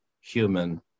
human